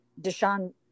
Deshaun